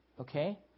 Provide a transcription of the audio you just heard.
okay